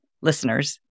listeners